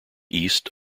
east